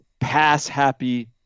pass-happy